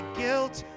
guilt